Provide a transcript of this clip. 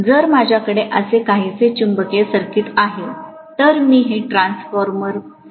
तर जर माझ्याकडे असे काहीसे चुंबकीय सर्किट आहे तर मी हे ट्रान्सफॉर्मरसारखे रेखाटेल